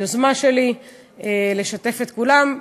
ליוזמה שלי לשתף את כולם.